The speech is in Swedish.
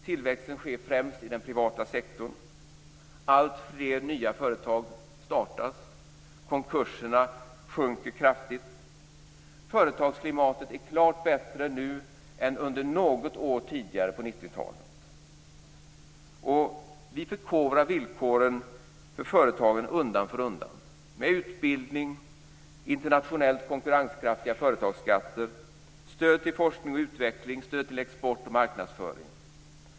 Den sker främst i den privata sektorn. Alltfler nya företag startas. Konkurserna minskar kraftigt. Företagsklimatet är klart bättre nu än under något år tidigare på 90-talet. Vi förbättrar villkoren för företagen undan för undan med utbildning, internationellt konkurrenskraftiga företagsskatter, stöd till forskning och utveckling och stöd till export och marknadsföring.